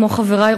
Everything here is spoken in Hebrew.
כמו חברי,